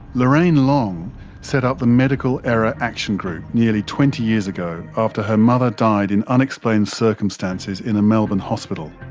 lorraine long set up the medical error action group nearly twenty years ago after her mother died in unexplained circumstances in a melbourne hospital.